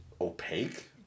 opaque